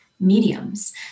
mediums